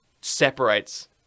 Separates